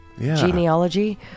genealogy